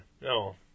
No